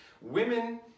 women